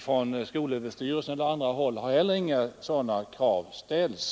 Från skolöverstyrelsen och från andra håll har heller inga sådana krav ställts.